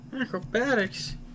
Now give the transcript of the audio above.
Acrobatics